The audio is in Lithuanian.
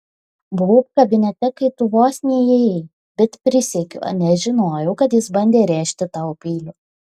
buvau kabinete kai tu vos neįėjai bet prisiekiu nežinojau kad jis bandė rėžti tau peiliu